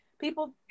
people